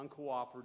uncooperative